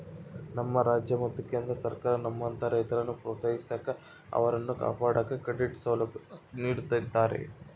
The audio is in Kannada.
ನಮ್ಮ ರಾಜ್ಯ ಮತ್ತು ಕೇಂದ್ರ ಸರ್ಕಾರ ನಮ್ಮಂತಹ ರೈತರನ್ನು ಪ್ರೋತ್ಸಾಹಿಸಾಕ ಅವರನ್ನು ಕಾಪಾಡಾಕ ಕ್ರೆಡಿಟ್ ಸೌಲಭ್ಯ ನೀಡುತ್ತಿದ್ದಾರೆ